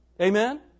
Amen